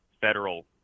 federal